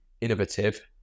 innovative